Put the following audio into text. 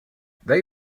they